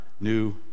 new